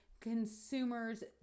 consumers